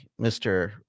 mr